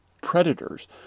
predators